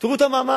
תראו את המאמר,